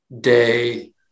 day